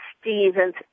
Stevens